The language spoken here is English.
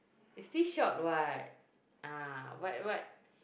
it's still short [what] ah what what